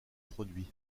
produits